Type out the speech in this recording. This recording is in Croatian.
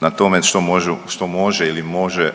na tome što može ili može